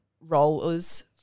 rollers